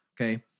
okay